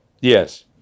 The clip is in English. Yes